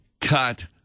cut